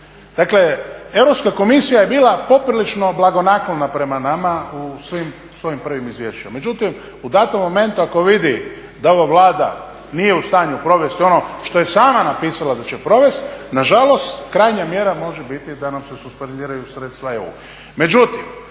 Dakle, Europska komisija je bila poprilično blagonaklona prema nama u svim svojim prvim izvješćima. Međutim, u datom mentu ako vidi da ova Vlada nije u stanju provesti ono što je sama napisala da će provest, nažalost krajnja mjera može biti da nam se suspendiraju sredstva EU.